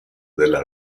della